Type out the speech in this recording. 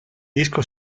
disco